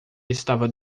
estava